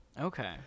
Okay